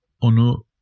onu